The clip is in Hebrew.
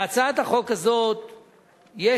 להצעת החוק הזאת יש